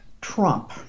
Trump